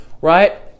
right